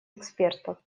экспертов